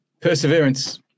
Perseverance